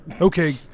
Okay